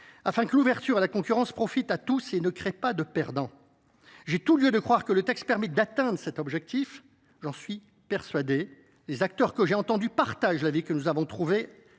afin que l’ouverture à la concurrence profite à tous et ne crée pas de perdants. J’ai tout lieu de croire que le texte permet d’atteindre cet objectif. En effet, les acteurs que j’ai entendus estiment que nous avons trouvé